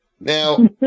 Now